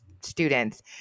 students